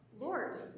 Lord